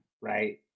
right